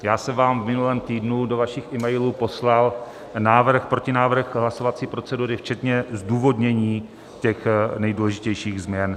Já jsem vám v minulém týdnu do vašich emailů poslal protinávrh hlasovací procedury včetně zdůvodnění těch nejdůležitějších změn.